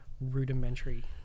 rudimentary